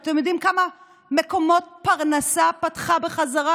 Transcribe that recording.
אתם יודעים כמה מקומות פרנסה היא פתחה בחזרה